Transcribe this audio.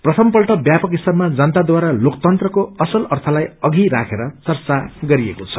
प्रथमपल्ट ब्यापक स्तरमा जनताद्वारा लोकतन्त्रको असल अर्थलाई अघि राखेर चर्चा गरिएको छ